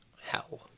hell